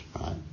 right